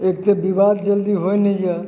एक तऽ विवाद जल्दी होइ नहि यऽ